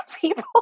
people